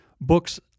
books